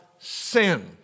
sin